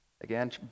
again